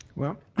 well,